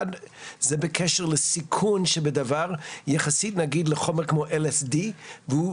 אחד זה בקשר לסיכון שבדבר יחסית לחומר כמו LSD והוא